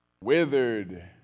Withered